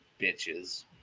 bitches